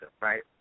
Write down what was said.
right